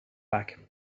back